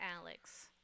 Alex